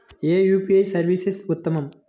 ఏ UPI service ఉత్తమము?